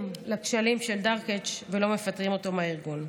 לכשלים של דרקץ ולא מפטרים אותו מהארגון.